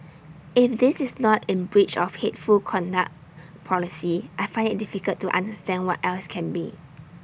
if this is not in breach of hateful conduct policy I find IT difficult to understand what else can be